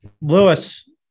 Lewis